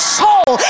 soul